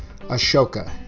Ashoka